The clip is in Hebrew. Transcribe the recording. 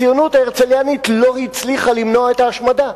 הציונות ההרצליאנית לא הצליחה למנוע את ההשמדה,